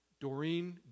Doreen